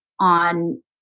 on